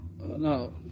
No